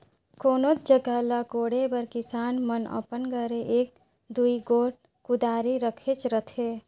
कोनोच जगहा ल कोड़े बर किसान मन अपन घरे एक दूई गोट कुदारी रखेच रहथे